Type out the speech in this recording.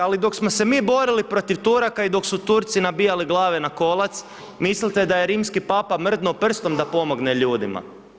Ali dok smo se mi borili protiv Turaka i dok su Turci nabijali glave na kolac mislite da je rimski Papa mrdnuo prstom da pomogne ljudima.